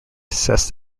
assess